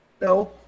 no